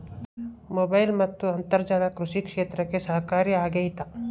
Mobile ಮತ್ತು ಅಂತರ್ಜಾಲ ಕೃಷಿ ಕ್ಷೇತ್ರಕ್ಕೆ ಸಹಕಾರಿ ಆಗ್ತೈತಾ?